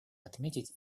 отметить